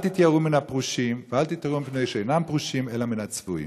אל תתייראו מן הפרושים ואל תתייראו מפני שאינם פרושים אלא מן הצבועים.